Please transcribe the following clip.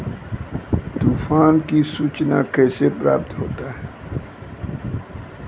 तुफान की सुचना कैसे प्राप्त होता हैं?